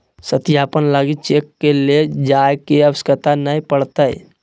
सत्यापन लगी चेक के ले जाय के आवश्यकता नय पड़तय